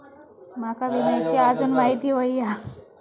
माका विम्याची आजून माहिती व्हयी हा?